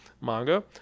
manga